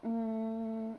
mm